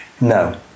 No